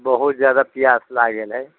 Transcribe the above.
बहुत जादा पियास लागल हय